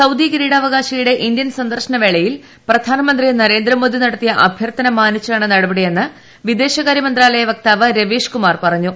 Saudi കിരീടാവകാശിയുടെ Indian സന്ദർശനവേളയിൽ പ്രധാനമന്ത്രി നരേന്ദ്രമോദി നടത്തിയ അഭ്യർത്ഥന മാനിച്ചാണ് നടപടിയെന്ന് വിദേശ മന്ത്രാലയ വക്താവ് രവീഷ് കുമാർ പറഞ്ഞു